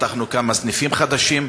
פתחנו כמה סניפים חדשים,